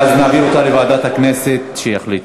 אז נעביר אותה לוועדת הכנסת, שם יחליטו.